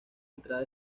entrada